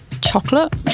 Chocolate